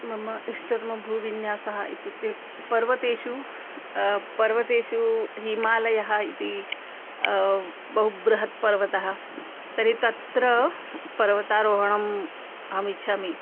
मम इष्टतमं भूविन्यासः इत्युक्ते पर्वतेषु पर्वतेषु हिमालयः इति बहु बृहन् पर्वतः तर्हि तत्र पर्वतारोहणम् अहमिच्छामि